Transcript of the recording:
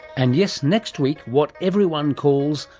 and yes, next week, what everyone calls,